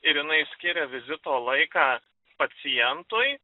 ir jinai skiria vizito laiką pacientui